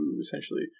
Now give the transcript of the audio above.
essentially